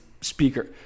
speaker